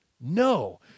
No